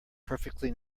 perfectly